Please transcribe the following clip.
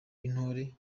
w’intore